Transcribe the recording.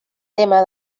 tema